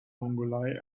mongolei